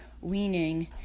weaning